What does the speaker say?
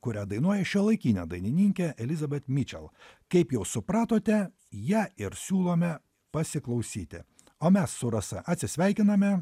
kurią dainuoja šiuolaikinė dainininkė elizabet mičel kaip jau supratote ją ir siūlome pasiklausyti o mes su rasa atsisveikiname